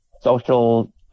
social